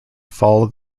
follow